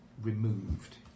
removed